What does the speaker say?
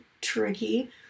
tricky